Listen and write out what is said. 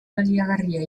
baliagarria